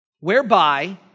Whereby